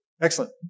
Excellent